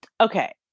okay